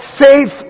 faith